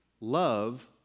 love